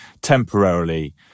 temporarily